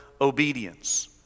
obedience